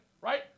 right